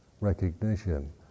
recognition